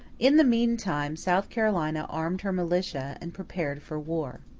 in the meantime south carolina armed her militia, and prepared for war.